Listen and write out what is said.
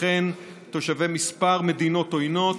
וכן תושבי כמה מדינות עוינות,